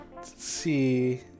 see